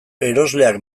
erosleak